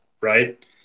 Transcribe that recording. right